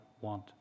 want